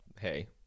hey